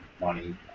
money